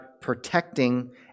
protecting